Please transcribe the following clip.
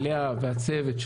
לאה והצוות,